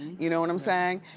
you know what i'm saying?